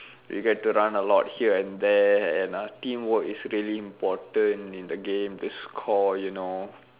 you get to run a lot here and there and uh teamwork is really important in the game to score you know